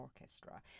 orchestra